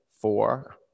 four